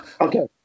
Okay